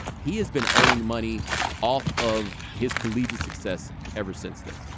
he has been earning money off of his collegiate success ever since then.